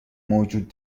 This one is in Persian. موجود